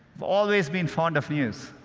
i've always been fond of news.